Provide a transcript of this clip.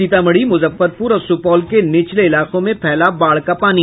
सीतामढ़ी मुजफ्फरपुर और सुपौल के निचले इलाकों में फैला बाढ़ का पानी